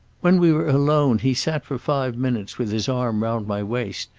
when we were alone he sat for five minutes with his arm round my waist,